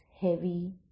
heavy